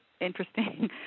interesting